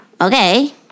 Okay